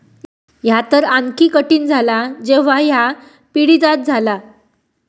ह्या तर आणखी कठीण झाला जेव्हा ह्या पिढीजात झाला